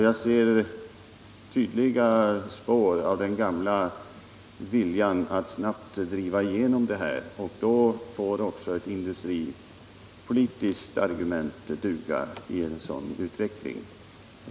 Jag ser tydliga spår av den gamla viljan att snabbt driva igenom projektet, och i en sådan utveckling får också ett industripolitiskt argument duga.